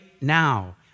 now